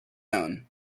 own